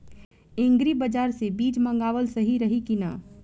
Agri बाज़ार से बीज मंगावल सही रही की ना?